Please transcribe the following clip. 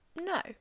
No